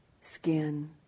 skin